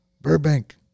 Burbank